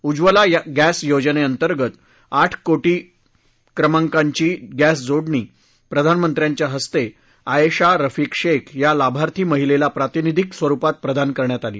Ujjwala gas योजनेअंतर्गत आठ कोणी क्रमांकाची गॅसजोडणी प्रधानमंत्र्यांच्या हस्ते आएशा रफिक शेख या लाभार्थी महिलेला प्रातिनिधीक स्वरुपात प्रदान करण्यात आली